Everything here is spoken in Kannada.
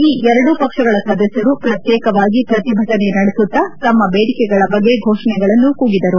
ಈ ಎರಡೂ ಪಕ್ಷಗಳ ಸದಸ್ಯರು ಪ್ರತ್ಯೇಕವಾಗಿ ಪ್ರತಿಭಟನೆ ನಡೆಸುತ್ತಾ ತಮ್ಮ ಬೇಡಿಕೆಗಳ ಬಗ್ಗೆ ಘೋಷಣೆಗಳನ್ನು ಕೂಗಿದರು